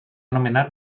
nomenar